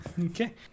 Okay